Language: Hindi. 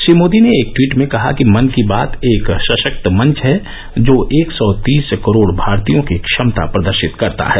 श्री मोदी ने एक ट्वीट में कहा कि मन की बात एक सशक्त मंच है जो एक सौ तीस करोड भारतीयों की क्षमता प्रदर्शित करता है